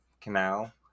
canal